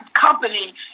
company